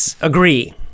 agree